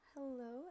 Hello